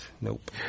Nope